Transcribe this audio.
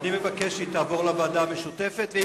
ואני מבקש שהיא תעבור לוועדה המשותפת.